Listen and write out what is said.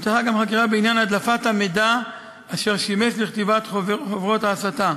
נפתחה חקירה בעניין הדלפת המידע אשר שימש לכתיבת חוברות ההסתה.